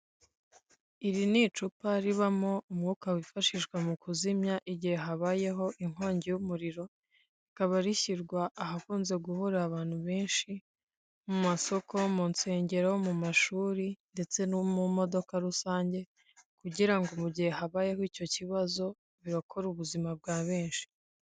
Icupa ribamo umwuka wifashishwa mu kuzimya igihe habayeho inkongi y'umuriro, rikaba rishyirwa ahakunze guhurira abantu bensh i: mu masoko, mu nsengero, mu mashuri ndetse no mu modoka rusange; kugira ngo mu gihe habayeho icyo kibazo, birokore ubuzima bwa benshi.